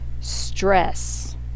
stress